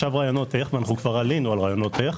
כבר עלינו על רעיונות איך.